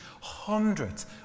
hundreds